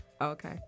Okay